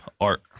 Art